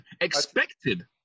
Expected